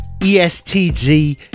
ESTG